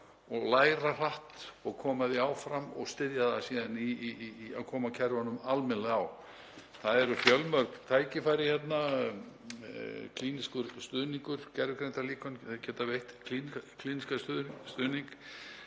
og læra hratt og koma því áfram og styðja það við að koma kerfunum á almennilega. Það eru fjölmörg tækifæri hérna; klínískur stuðningur, gervigreindarlíkön geta veitt klínískan stuðning,